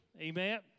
Amen